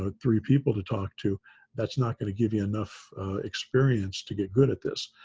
ah three people to talk to that's not going to give you enough experience to get good at this.